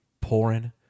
pouring